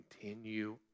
continue